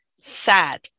sad